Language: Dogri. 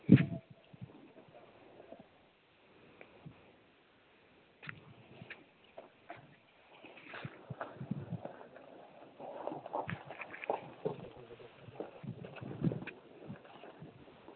अ